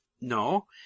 No